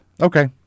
Okay